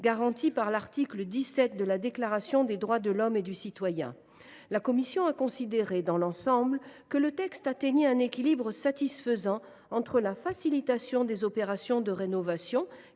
garanti par l’article 17 de la Déclaration des droits de l’homme et du citoyen. Nous avons considéré, dans l’ensemble, que le texte atteignait un équilibre satisfaisant entre la facilitation des opérations de rénovation,